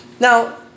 Now